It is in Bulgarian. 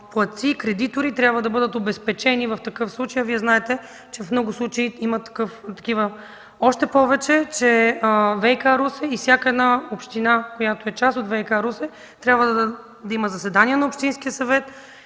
платци и кредитори трябва да бъдат обезпечени в такъв случай. Вие знаете, че в много случаи има такива. Още повече ВиК – Русе, и всяка една община, която е част от ВиК – Русе, трябва да има заседание на Общинския съвет,